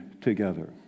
together